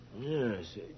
Yes